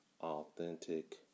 authentic